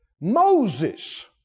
Moses